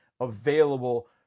available